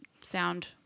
sound